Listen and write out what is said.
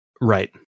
Right